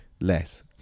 less